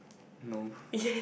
no